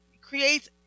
creates